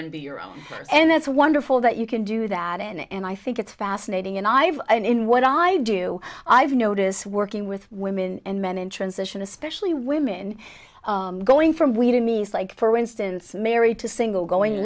and be your own and that's wonderful that you can do that in and i think it's fascinating and i've been in what i do i've noticed working with women and men in transition especially women going from we did mean like for instance mary to single going